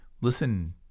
listen